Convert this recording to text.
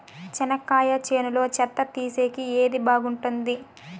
చెనక్కాయ చేనులో చెత్త తీసేకి ఏది బాగుంటుంది?